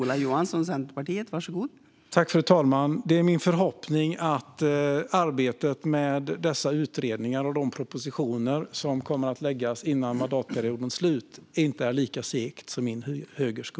Fru talman! Det är min förhoppning att arbetet med dessa utredningar och de propositioner som kommer att läggas fram före mandatperiodens slut inte är lika segt som min högersko.